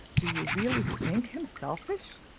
do you really think him selfish?